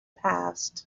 passed